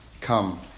Come